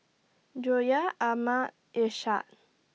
Joyah Ahmad Ishak